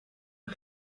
een